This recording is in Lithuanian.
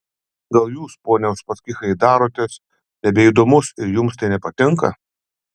gal jūs pone uspaskichai darotės nebeįdomus ir jums tai nepatinka